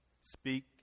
speak